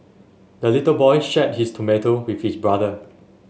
the little boy shared his tomato with his brother